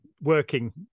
working